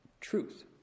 truth